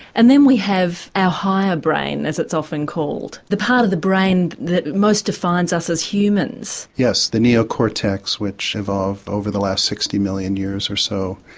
and then we have our higher brain, as it's often called, the part of the brain that most defines us as humans. yes, the neo cortex, which evolved over the last sixty million years or so,